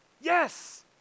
Yes